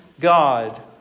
God